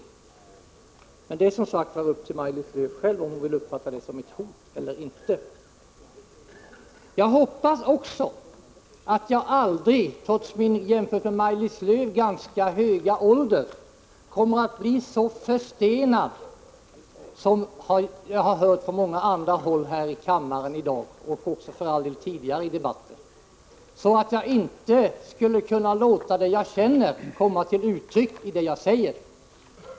Men det är som sagt upp till Maj-Lis Lööw själv om hon vill uppfatta det som ett hot eller inte. Jag hoppas också att jag aldrig, trots min jämfört med Maj-Lis Lööw ganska höga ålder, kommer att bli så förstenad, som många andra i debatten i dag och för all del även i tidigare debatter varit — att jag inte skulle kunna låta det jag känner komma till uttryck i det jag säger.